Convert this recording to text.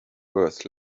worth